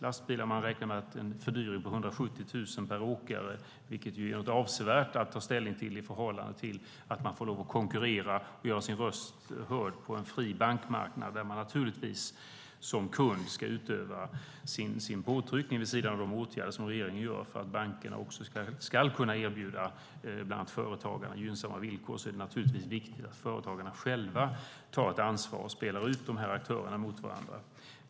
Man räknar med att det är en fördyring på 170 000 kronor per åkare, vilket är avsevärt mer att ta ställning till i förhållande till att företagaren får lov att konkurrera och göra sin röst hörd på en fri bankmarknad. Man ska naturligtvis som kund utöva påtryckning vid sidan av de åtgärder som regeringen vidtar för att bankerna ska kunna erbjuda bland andra företagare gynnsamma villkor. Men det är naturligtvis viktigt att företagarna själva tar ett ansvar och spelar ut dessa aktörer mot varandra.